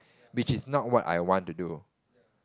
which is not what I want to do